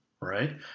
right